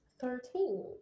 thirteen